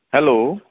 hello